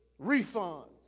refunds